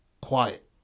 quiet